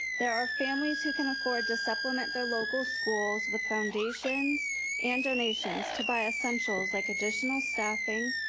there are families who can afford to supplement their local schools with foundations and donations to buy essentials, like additional staffing,